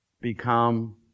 become